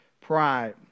pride